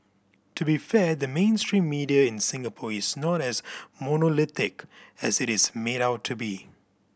to be fair the mainstream media in Singapore is not as monolithic as it is made out to be